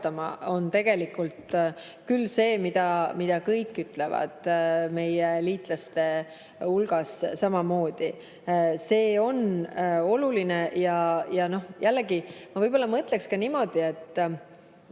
on tegelikult see, mida ütlevad kõik meie liitlased samamoodi. See on oluline. Ja jällegi, ma võib-olla mõtleksin ka niimoodi, et